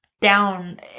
down